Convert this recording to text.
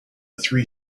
three